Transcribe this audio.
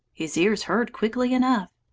his ears heard quickly enough.